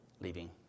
leaving